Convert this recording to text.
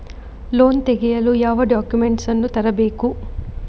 Loan ತೆಗೆಯಲು ಯಾವ documents ಅನ್ನು ತರಬೇಕು?